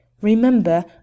Remember